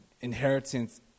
inheritance